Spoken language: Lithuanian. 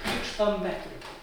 krikšto metrikų